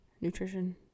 nutrition